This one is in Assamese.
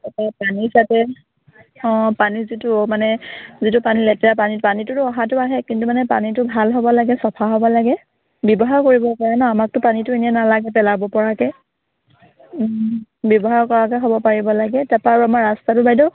অঁ পানী যাতে অঁ পানী যিটো মানে যিটো পানী লেতেৰা পানী পানীটোতো অহাটো আহে কিন্তু মানে পানীটো ভাল হ'ব লাগে চফা হ'ব লাগে ব্যৱহাৰ কৰিব পাৰে ন আমাকতো পানীটো এনেই নালাগে পেলাব পৰাকৈ ব্যৱহাৰ কৰাকৈ হ'ব পাৰিব লাগে তাৰপা আৰু আমাৰ ৰাস্তাটো বাইদেউ